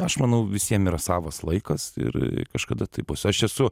aš manau visiem yra savas laikas ir kažkada taip bus aš esu